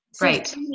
Right